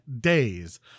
days